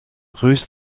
ruth